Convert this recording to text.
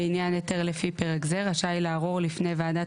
יין היתר לפי פרק זה רשאי לערור לפני ועדת